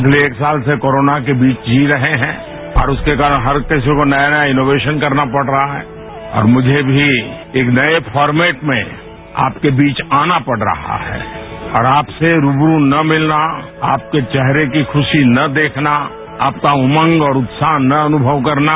पिछले एक साल से कोरोना के बीच जी रहे हैं और उसके कारण हर किसी को नया नया इनोवेशन करना पढ़ रहा है और मुझे मी नये फॉर्मेट में आपके बीच आना पढ़ रहा है और आपसे रूबरू न मिलना आपके वेहरे की खुशी न देखना आपका उमंग और उत्साह न अनुषव करना